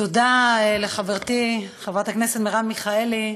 תודה לחברתי חברת הכנסת מרב מיכאלי.